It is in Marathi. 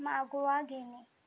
मागोवा घेणे